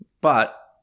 But-